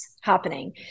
happening